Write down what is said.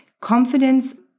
Confidence